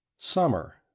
SUMMER